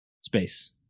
space